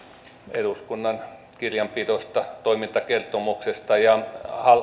eduskunnan kirjanpidosta toimintakertomuksesta ja